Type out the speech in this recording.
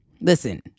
listen